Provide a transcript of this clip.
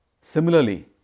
Similarly